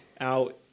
out